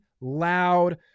loud